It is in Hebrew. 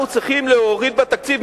אנחנו צריכים להוריד בתקציב,